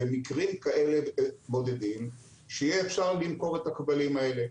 התקשורת אמנם יש כלים שונים מכוח פקודת הטלגרף האלחוטי,